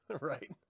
right